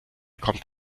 kommt